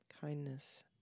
kindness